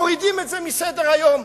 מורידים את זה מסדר-היום,